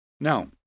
Now